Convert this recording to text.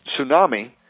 tsunami